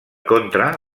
contra